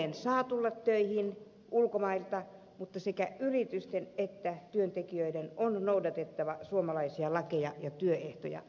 suomeen saa tulla töihin ulkomailta mutta sekä yritysten että työntekijöiden on noudatettava suomalaisia lakeja ja työehtoja